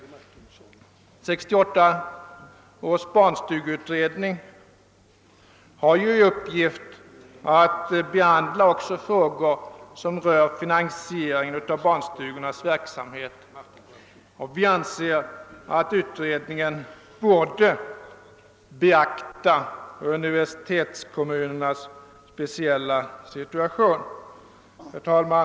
1968 års barnstugeutredning har ju i upp drag att behandla också frågor som rör finansieringen av barnstugornas verksamhet, och vi anser att den bör beakta universitetskommunernas speciella situation. Herr talman!